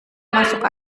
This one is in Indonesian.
masuk